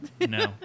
No